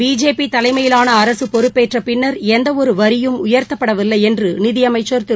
பிஜேபிதலைமையிலானஅரசுபொறுப்பேற்றபின்னர் மத்தியில் எந்தவொருவரியும் உயர்த்தப்படவில்லைஎன்றுநிதியமைச்சர் திரு